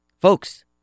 Folks